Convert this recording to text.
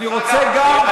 דרך אגב,